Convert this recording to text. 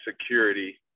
security